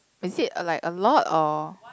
is it like a lot or